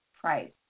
price